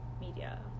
media